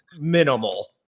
minimal